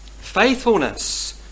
Faithfulness